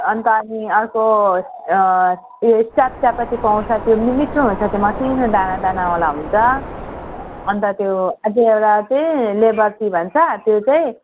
अन्त अनि अर्को यो स्टाफ चियापत्ती पाउँछ त्यो पनि मिठो हुन्छ त्यो मसिनो दाना दानावाला हुन्छ अन्त त्यो अझै एउटा चाहिँ लेबर टी भन्छ त्यो चाहिँ